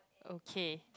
okay